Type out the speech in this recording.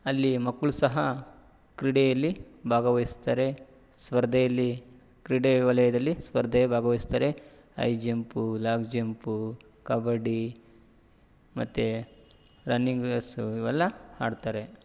ಅಲ್ಲಿ ಮಕ್ಕಳೂ ಸಹ ಕ್ರೀಡೆಯಲ್ಲಿ ಭಾಗವಹಿಸ್ತಾರೆ ಸ್ಪರ್ಧೆಯಲ್ಲಿ ಕ್ರೀಡೆ ವಲಯದಲ್ಲಿ ಸ್ಪರ್ಧೆ ಭಾಗವಹಿಸ್ತಾರೆ high jump long jump kabaddi ಮತ್ತು ರನ್ನಿಂಗ್ ರೇಸು ಇವೆಲ್ಲ ಆಡ್ತಾರೆ